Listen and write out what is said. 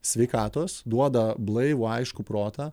sveikatos duoda blaivų aiškų protą